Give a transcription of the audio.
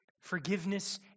forgiveness